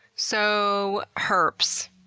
so, herps.